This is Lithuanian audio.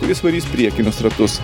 kuris varys priekinius ratus